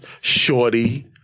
Shorty